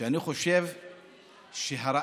אני חושב שהראיה